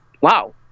wow